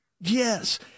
yes